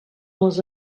les